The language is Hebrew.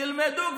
תלמדו.